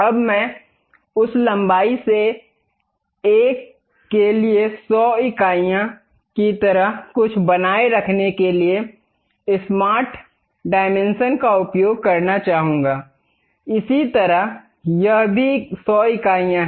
अब मैं उस लंबाई में से एक के लिए 100 इकाइयों की तरह कुछ बनाए रखने के लिए स्मार्ट परिमाप का उपयोग करना चाहूंगा इसी तरह यह भी 100 इकाइयाँ हैं